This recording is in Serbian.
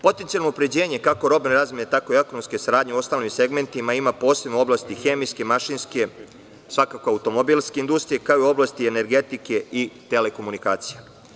Potencijalno unapređenje, kako robne razmene, tako i ekonomske saradnje u ostalim segmentima, ima posebno u oblasti hemijske, mašinske, svakako automobilske industrije, kao i u oblasti energetike i telekomunikacija.